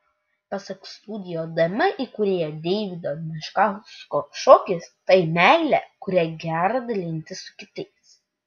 pasak studio dm įkūrėjo deivido meškausko šokis tai meilė kuria gera dalintis su kitais